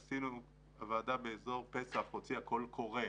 הוועדה באזור פסח הוציאה קול קורא